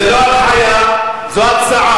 זאת לא הנחיה, זאת הצעה.